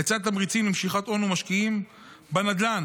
לצד תמריצים למשיכת הון ומשקיעים, בנדל"ן